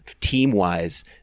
team-wise